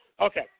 Okay